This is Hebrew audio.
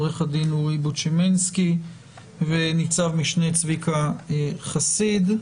עורך הדין אורי בוצומינסקי וניצב משנה צביקה חסיד.